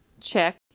check